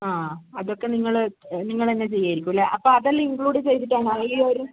ആ അതൊക്കെ നിങ്ങൾ നിങ്ങൾ തന്നെ ചെയുമായിരിക്കും അല്ലേ അപ്പോൾ അതെല്ലാം ഇൻക്ലൂട് ചെയ്തിട്ടാണോ ഈ ഒരു